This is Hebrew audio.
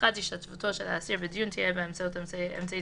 (1)השתתפותו של האסיר בדיון תהיה באמצעות אמצעי